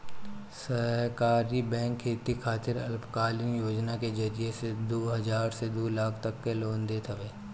सहकारी बैंक खेती खातिर अल्पकालीन योजना के जरिया से दू हजार से दू लाख तक के लोन देत हवे